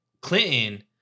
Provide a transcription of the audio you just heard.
Clinton